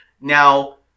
Now